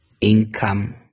Income